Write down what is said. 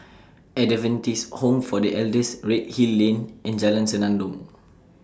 Adventist Home For The Elders Redhill Lane and Jalan Senandong